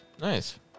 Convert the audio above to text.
Nice